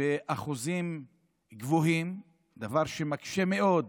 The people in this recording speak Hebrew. באחוזים גבוהים, דבר שמקשה מאוד